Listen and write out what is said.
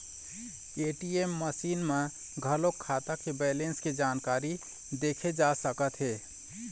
ATM machine म घलोक खाता के बेलेंस के जानकारी देखे जा सकत हे